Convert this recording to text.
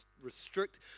restrict